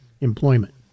employment